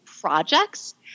projects